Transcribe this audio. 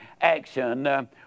action